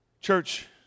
Church